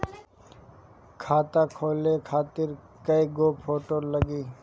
खाता खोले खातिर कय गो फोटो लागी?